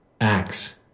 Acts